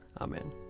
Amen